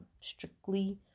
strictly